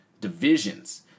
divisions